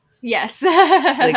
Yes